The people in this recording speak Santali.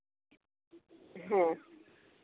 ᱦᱮᱸ